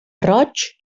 roig